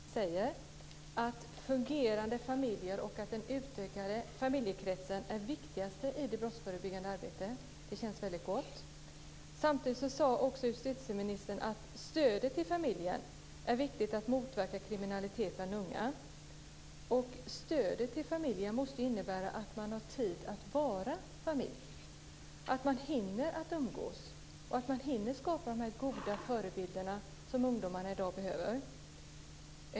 Herr talman! Jag liksom många här i kammaren gläder mig över det justitieministern säger, att fungerande familjer och att en utökad familjekrets är det viktigaste i det brottsförebyggande arbetet. Det känns gott. Samtidigt sade också justitieministern att stödet till familjen är viktigt för att motverka kriminalitet bland unga. Stödet till familjen måste innebära att man har tid att vara familj, att man hinner att umgås, att man hinner att skapa de goda förebilder som ungdomar i dag behöver.